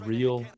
Real